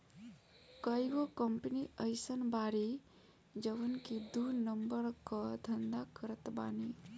कईगो कंपनी अइसन बाड़ी जवन की दू नंबर कअ धंधा करत बानी